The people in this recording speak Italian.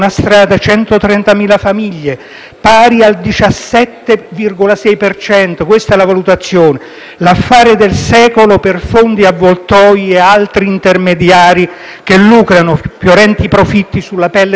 pari al 17,6 per cento (questa è la valutazione). L'affare del secolo per fondi avvoltoi ed altri intermediari che lucrano fiorenti profitti sulla pelle dei cittadini, i quali,